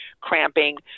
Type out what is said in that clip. cramping